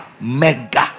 mega